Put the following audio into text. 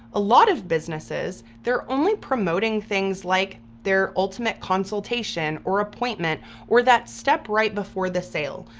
a lot of businesses, they're only promoting things like their ultimate consultation or appointment or that step right before the sale.